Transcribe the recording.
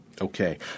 Okay